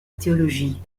théologie